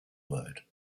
word